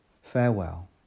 Farewell